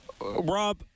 Rob